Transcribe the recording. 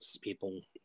people